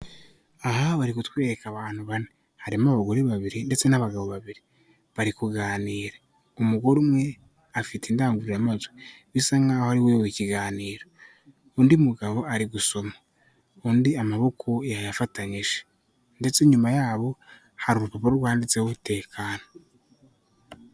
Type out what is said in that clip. Aha bari gutwereka abantu bane harimo abagore babiri ndetse n'abagabo babiri, bari kuganira umugore umwe afite indangururamajwi, bisa nk'aho ariwe uyoboye ikiganiro, undi mugabo ari gusoma undi amaboko yayafatanyije, ndetse nyuma yabo hari urupapuro rwanditseho tekana.